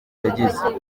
yagize